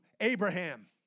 Abraham